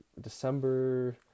December